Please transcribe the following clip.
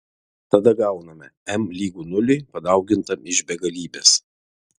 tada gauname m lygu nuliui padaugintam iš begalybės